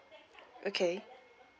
okay